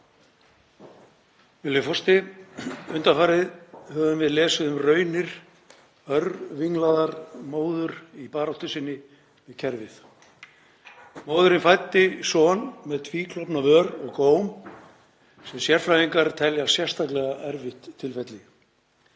forseti. Undanfarið höfum við lesið um raunir örvilnaðrar móður í baráttu sinni við kerfið. Móðirin fæddi son með tvíklofna vör og góm sem sérfræðingar telja sérstaklega erfitt tilfelli.